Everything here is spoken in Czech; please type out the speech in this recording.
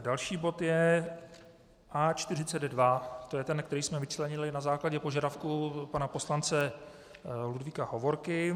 Další bod je A42, to je ten, který jsme vyčlenili na základě požadavku pana poslance Ludvíka Hovorky.